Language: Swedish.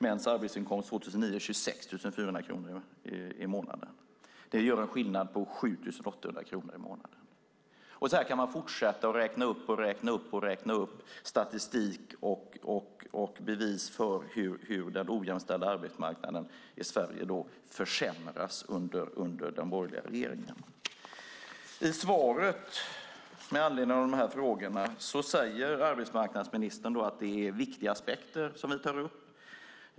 Mäns arbetsinkomst 2009 var 26 400 kronor i månaden. Det är en skillnad på 7 800 kronor i månaden. Så här kan man fortsätta och räkna upp statistik och bevis för hur den ojämställda arbetsmarknaden i Sverige försämras under den borgerliga regeringen. I svaret på dessa interpellationer säger arbetsmarknadsministern att det är viktiga aspekter som vi tar upp.